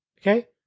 Okay